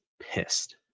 pissed